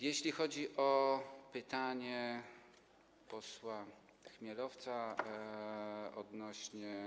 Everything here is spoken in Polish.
Jeśli chodzi o pytanie posła Chmielowca odnośnie